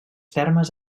termes